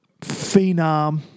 Phenom